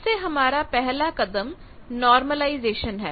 फिर से हमारा पहला कदम नार्मलाईज़ेशन है